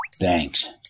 Thanks